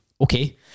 Okay